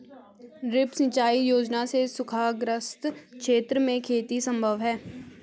drip सिंचाई योजना से सूखाग्रस्त क्षेत्र में खेती सम्भव है